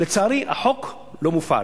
לצערי, החוק לא מופעל.